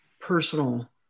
personal